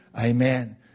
Amen